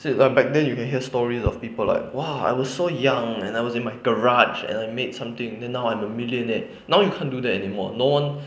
see like back then you can hear stories of people like !wah! I was so young and I was in my garage and I made something then now I'm a millionaire now you can't do that anymore no one